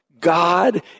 God